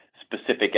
specific